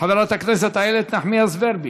חברת הכנסת איילת נחמיאס ורבין,